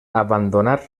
abandonar